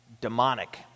demonic